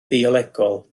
biolegol